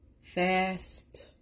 fast